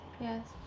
Yes